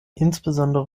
insbesondere